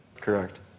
Correct